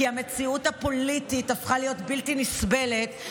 כי המציאות הפוליטית הפכה להיות בלתי נסבלת,